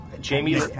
jamie